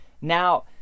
Now